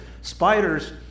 spiders